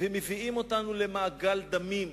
ומביאים אותנו למעגל דמים.